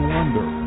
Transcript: Wonder